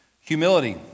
humility